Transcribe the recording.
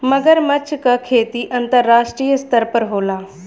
मगरमच्छ क खेती अंतरराष्ट्रीय स्तर पर होला